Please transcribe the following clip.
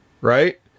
right